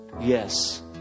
yes